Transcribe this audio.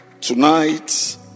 Tonight